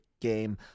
game